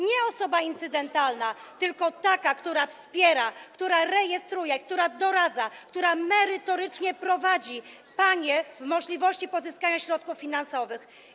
Nie jest to osoba incydentalna, tylko taka, która wspiera, która rejestruje, która doradza, która merytorycznie prowadzi panie w procesie pozyskiwania środków finansowych.